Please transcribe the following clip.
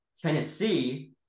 Tennessee